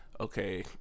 Okay